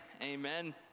Amen